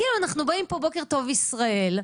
אנחנו באים פה "בוקר טוב, ישראל",